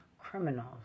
criminals